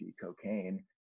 cocaine